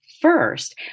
first